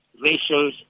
racial